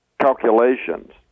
calculations